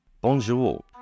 Bonjour